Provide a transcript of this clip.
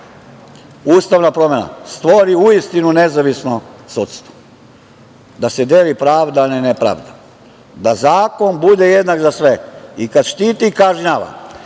ustavna promena stvori uistinu nezavisno sudstvo, da se deli pravda a ne nepravda, da zakon bude jednak za sve, i kad štiti i kad kažnjava,